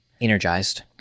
energized